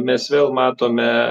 mes vėl matome